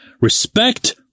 respect